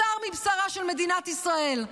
בשר מבשרה של מדינת ישראל,